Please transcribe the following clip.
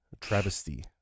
Travesty